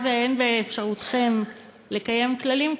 אם אין באפשרותכם לקיים כללים כאלה,